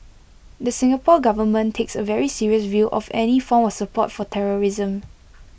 the Singapore Government takes A very serious view of any form of support for terrorism